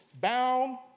bound